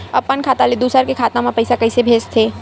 अपन खाता ले दुसर के खाता मा पईसा कइसे भेजथे?